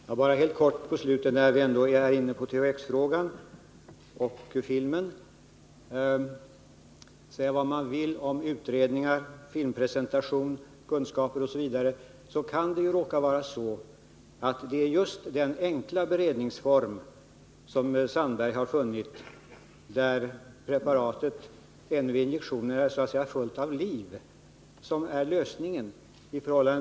De kommunala m? eller 200-250 kr. per månad för en trerumslägenhet. En stor del av kraven är beroende av försämringar genom statliga beslut, slopande av underhållsoch hyresförlustlånen, kortare amorteringstider och uppräkning av garanterade räntan på lån.